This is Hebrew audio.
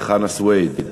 חנא סוייד,